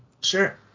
Sure